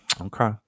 Okay